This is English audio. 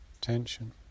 tension